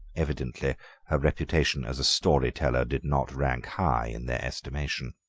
evidently her reputation as a story-teller did not rank high in their estimation.